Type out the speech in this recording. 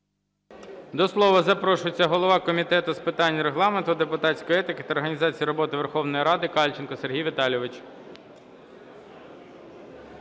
До слова запрошується голова Комітету з питань Регламенту, депутатської етики та організації роботи Верховної Ради Кальченко Сергій Віталійович.